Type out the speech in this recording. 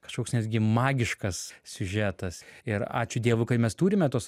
kažkoks netgi magiškas siužetas ir ačiū dievui mes turime tuos